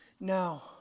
Now